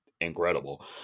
incredible